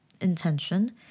intention